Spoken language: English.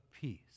peace